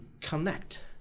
connect